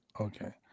Okay